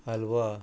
हालवा